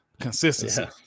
Consistency